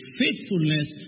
faithfulness